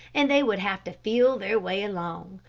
and they would have to feel their way along,